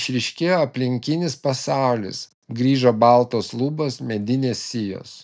išryškėjo aplinkinis pasaulis grįžo baltos lubos medinės sijos